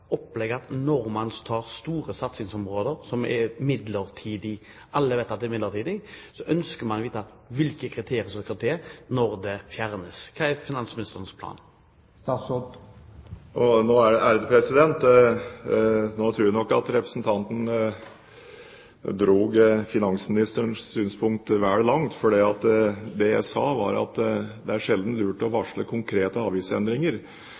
opplegg. Når man tar store satsingsområder som er midlertidige – alle vet at det er midlertidig – ønsker man å vite hvilke kriterier som skal til når det fjernes. Hva er finansministerens plan? Nå tror jeg nok at representanten Kambe dro finansminsterens synspunkt vel langt, fordi det jeg sa, var at